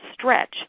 Stretch